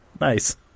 nice